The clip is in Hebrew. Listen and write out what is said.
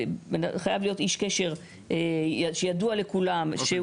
חייב להיות איש קשר שידוע לכולם,